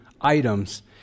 items